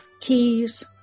keys